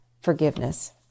forgiveness